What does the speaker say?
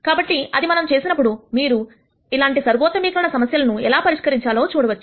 కాబట్టి అది మనం చేసినప్పుడు మీరు ఇలాంటి సర్వోత్తమీకరణం సమస్యలను ఎలా పరిష్కరించాలో చూడవచ్చు